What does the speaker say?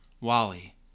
Wally